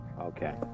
okay